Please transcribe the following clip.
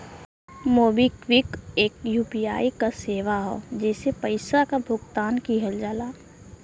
MobiKwik एक UPI क सेवा हौ जेसे पइसा क भुगतान किहल जाला